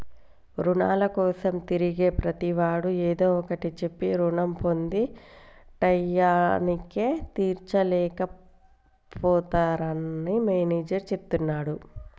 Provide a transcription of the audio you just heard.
రుణాల కోసం తిరిగే ప్రతివాడు ఏదో ఒకటి చెప్పి రుణం పొంది టైయ్యానికి తీర్చలేక పోతున్నరని మేనేజర్ చెప్తున్నడు